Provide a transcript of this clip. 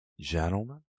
gentlemen